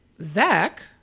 Zach